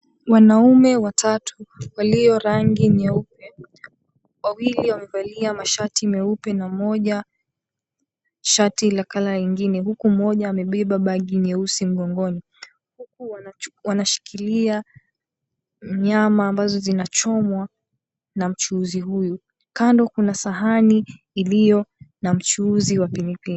Wanaume watatu walio rangi nyeupe, wawili wamevalia mashati meupe mmoja shati la colour nyingine huku mmoja amebeba bagi nyeusi mgongoni huku wanashikilia nyama mbazo zinachomwa na mchuuzi huyu, kando kuna sahani iliyo na mchuzi wa pilipili.